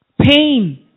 pain